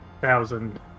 thousand